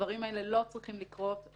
הדברים האלה לא צריכים לקרות,